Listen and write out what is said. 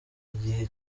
igihe